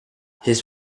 his